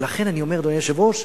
ולכן אני אומר, אדוני היושב-ראש,